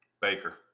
Baker